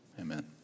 amen